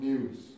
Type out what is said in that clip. News